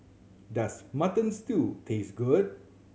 does Mutton Stew taste good